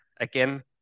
Again